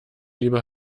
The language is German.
lieber